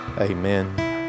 Amen